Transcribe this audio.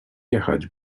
jechać